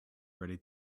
ready